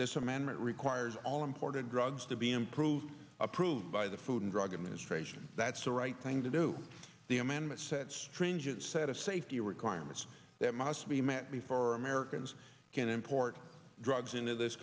this amendment requires all imported drugs to be improved approved by the food and drug administration that's the right thing to do the amendment sets transient set of safety requirements that must be met before americans can import drugs into this